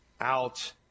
out